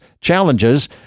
challenges